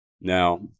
Now